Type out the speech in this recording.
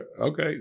okay